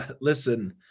Listen